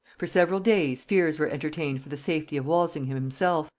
for several days fears were entertained for the safety of walsingham himself,